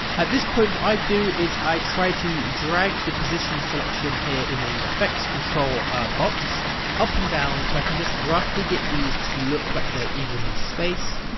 at this point what i do is i try to drag the position selection here in the effects control our box up and down so i can just roughly get these to look like they're evenly spaced,